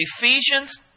Ephesians